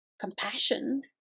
compassion